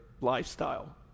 lifestyle